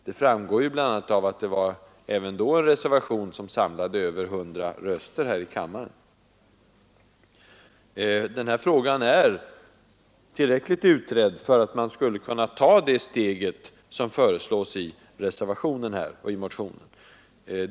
Det framgår bl.a. av att det även då fanns en reservation, som samlade över 100 röster här i kammaren. Den här frågan är tillräckligt utredd för att man skall kunna ta det steg som föreslås i reservationen och motionen.